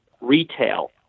retail